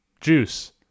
juice